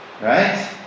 right